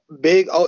big